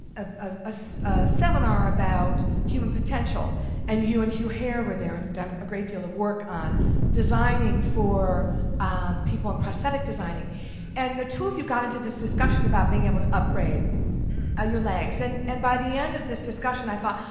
ah ah so seminar about human potential and you and hugh herr were there and you've done a great deal of work on designing for people, and prosthetic designing and the two of you got in this discussion about being able to upgrade ah your legs and and by the end of this discussion i thought,